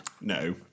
No